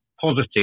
positive